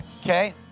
Okay